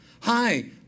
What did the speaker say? Hi